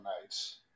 Nights